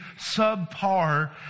subpar